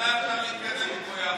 מפה יחד.